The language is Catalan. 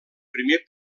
primer